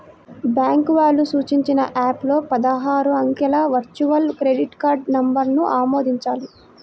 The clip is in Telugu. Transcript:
బ్యాంకు వాళ్ళు సూచించిన యాప్ లో పదహారు అంకెల వర్చువల్ క్రెడిట్ కార్డ్ నంబర్ను ఆమోదించాలి